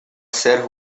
ser